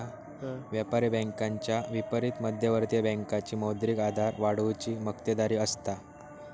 व्यापारी बँकेच्या विपरीत मध्यवर्ती बँकेची मौद्रिक आधार वाढवुची मक्तेदारी असता